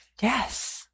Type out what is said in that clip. Yes